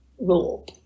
rule